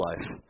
life